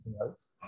else